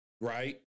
right